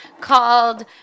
called